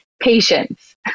patience